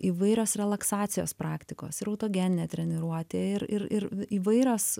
įvairios relaksacijos praktikos ir autogeninė treniruotė ir ir ir įvairios